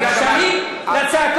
תמשיך, אני, אני מסיים.